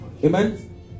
Amen